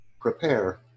Prepare